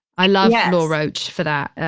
i love law roach for that.